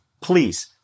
please